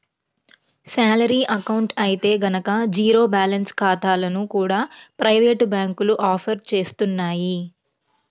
salary account అయితే గనక zero balance ఖాతాలను కూడా ప్రైవేటు బ్యాంకులు ఆఫర్ చేస్తున్నాయి